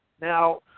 Now